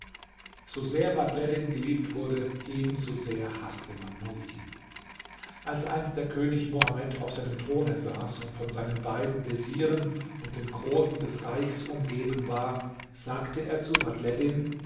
so sehr vadhleddin geliebt wurde ebenso sehr haßte man muin als einst der könig mohammed auf seinem throne saß und von seinen beiden vezieren und den großen des reichs umgeben war sagte er zu